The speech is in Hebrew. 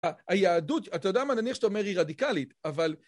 היהדות, אתה יודע מה נניח שאתה אומר היא רדיקלית, אבל...